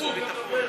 חוץ וביטחון